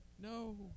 No